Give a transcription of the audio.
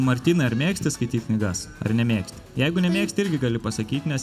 martynai ar mėgsti skaityt knygas ar nemėgsti jeigu nemėgsti irgi gali pasakyt nes